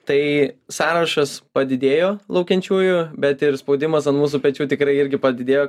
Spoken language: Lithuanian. tai sąrašas padidėjo laukiančiųjų bet ir spaudimas an mūsų pečių tikrai irgi padidėjo